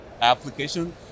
application